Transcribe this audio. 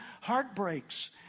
heartbreaks